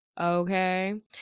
Okay